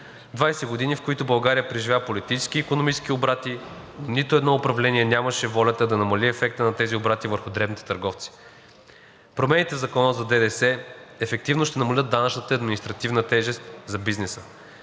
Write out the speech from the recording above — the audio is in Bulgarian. години, в които България преживя политически и икономически обрати, нито едно управление нямаше волята да намали ефекта на тези обрати върху дребните търговци. Промените в Закона за ДДС ефективно ще намалят данъчната административна тежест за бизнеса.